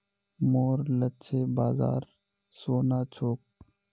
मोर लक्ष्य बाजार सोना छोक